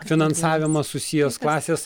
finansavimas susijęs klasės